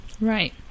Right